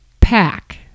pack